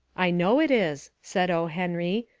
i know it is, said o. henry,